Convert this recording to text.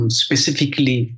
specifically